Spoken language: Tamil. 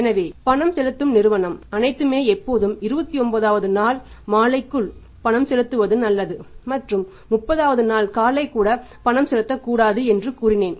எனவே பணம் செலுத்தும் நிறுவனம் அனைத்துமே எப்போதும் 29 வது நாள் மாலைக்குள் பணம் செலுத்துவது நல்லது மற்றும் 30 வது நாள் காலை கூட பணம் செலுத்தக் கூடாது என்று கூறினேன்